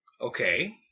Okay